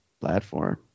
platform